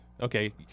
Okay